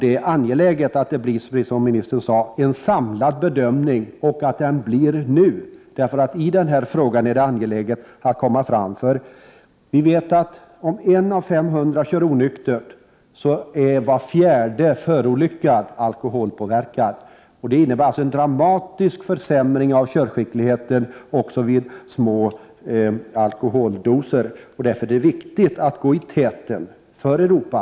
Det är angeläget att det sker, som kommunikationsministern sade, en samlad bedömning och att den äger rum nu. Det är angeläget att komma fram till ett resultat i den här frågan. Om en bilförare av femhundra kör onyktert, är var fjärde förolyckad alkoholpåverkad. Också små alkoholdoser innebär en dramatisk försämring av körskickligheten. Det är därför viktigt att gå i täten för utvecklingen i Europa.